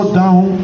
down